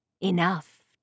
Enough